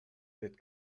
did